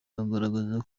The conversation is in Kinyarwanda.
agaragaza